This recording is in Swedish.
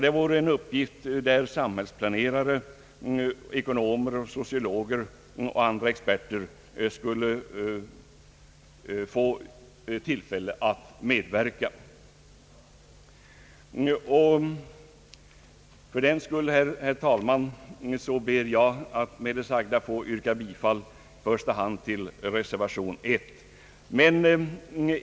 Det torde vara en uppgift där samhällsplanerare, ekonomer, sociologer och andra experter skulle få tillfälle att medverka. Herr talman! Jag ber med det sagda att få yrka bifall i första hand till reservation 1.